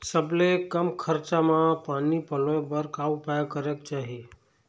सबले कम खरचा मा पानी पलोए बर का उपाय करेक चाही?